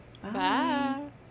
Bye